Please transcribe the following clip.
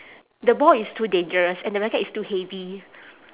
the ball is too dangerous and the racket is too heavy